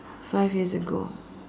five years ago